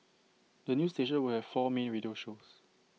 the new station will have four main radio shows